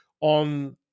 on